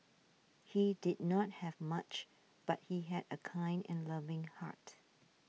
he did not have much but he had a kind and loving heart